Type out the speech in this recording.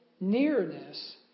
Nearness